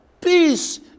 peace